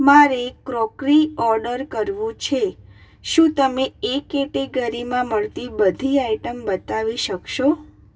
મારે crockery order કરવું છે શું તમે એ કેટેગરીમાં મળતી બધી આઇટમ બતાવી શકશો